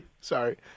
Sorry